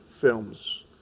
films